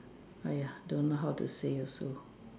!aiya! don't know how to say also